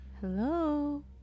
Hello